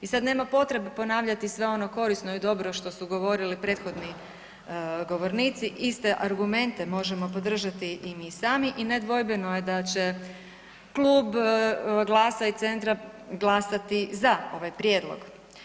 I sada nema potrebe ponavljati sve ono korisno i dobro što su govorili prethodni govornici, iste argumente možemo podržati i mi sami i nedvojbeno je da će klub GLAS-a i Centra glasati za ovaj prijedlog.